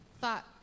thought